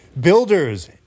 builders